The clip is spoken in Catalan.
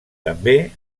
també